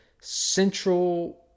central